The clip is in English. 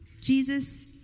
Jesus